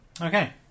Okay